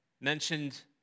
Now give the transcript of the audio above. mentioned